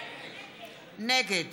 נגד